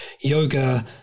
yoga